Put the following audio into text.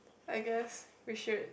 I guess we should